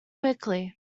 quickly